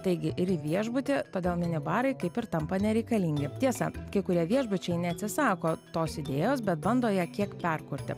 taigi ir į viešbutį pagal mini barai kaip ir tampa nereikalingi tiesa kai kurie viešbučiai neatsisako tos idėjos bet bando ją kiek perkurti